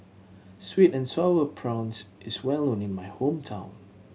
sweet and Sour Prawns is well known in my hometown